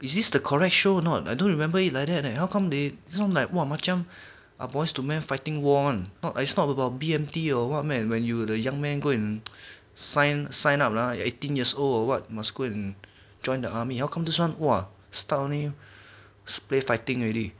is this the correct show or not I don't remember it like that leh how come they this one like !wah! macam ah boys to men fighting war one it's not about B_M_T or what meh where you the young man go and sign sign up lah eighteen years old or what must go and join the army how come this one !wah! start only display fighting already